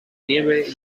nieve